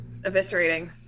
Eviscerating